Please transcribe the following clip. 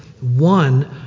One